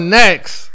next